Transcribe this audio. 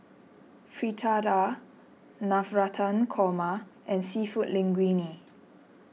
Fritada Navratan Korma and Seafood Linguine